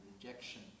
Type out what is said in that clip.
rejection